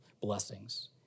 blessings